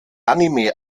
anime